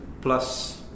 plus